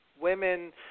women